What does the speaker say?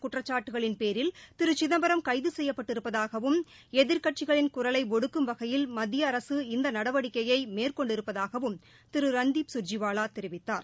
குற்றச்சாட்டுக்களின் செய்யப்பட்டிருப்பதாகவும் தவறான எதிர்க்கட்சிகளின் குரலை ஒடுக்கும் வகையில் மத்திய அரசு இந்த நடவடிக்கையை மேற்கொண்டிருப்பதாகவும் திரு ரன்தீப் சுர்ஜிவாவா தெரிவித்தார்